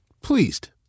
pleased